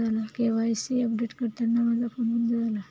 KYC update करताना माझा phone बंद झाला